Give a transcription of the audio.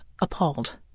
appalled